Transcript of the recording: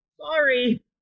Sorry